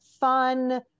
fun